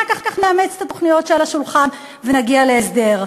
אחר כך נאמץ את התוכניות שעל השולחן ונגיע להסדר.